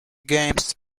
games